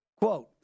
Quote